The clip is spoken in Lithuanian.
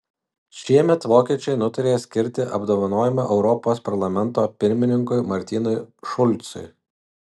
šiemet vokiečiai nutarė skirti apdovanojimą europos parlamento pirmininkui martinui šulcui